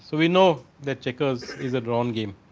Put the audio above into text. so we know that checkers is the drawn game.